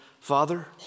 Father